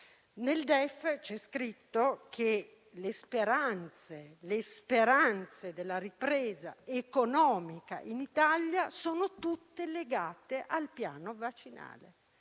Nel DEF c'è scritto che le speranze della ripresa economica in Italia sono tutte legate al piano vaccinale,